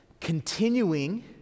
Continuing